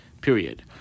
Period